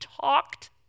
talked